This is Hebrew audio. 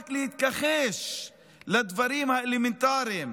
רק להתכחש לדברים האלמנטריים